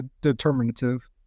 determinative